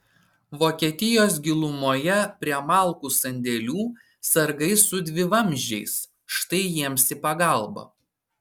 vokietijos gilumoje prie malkų sandėlių sargai su dvivamzdžiais štai jiems į pagalbą